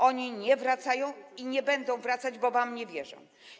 Oni nie wracają i nie będą wracać, bo wam nie wierzą.